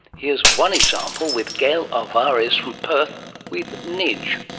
here's one example with gail alvares from perth with nij.